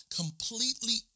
completely